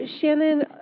Shannon